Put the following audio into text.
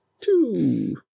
two